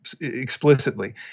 explicitly